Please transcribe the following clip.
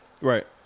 Right